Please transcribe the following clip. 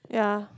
yeah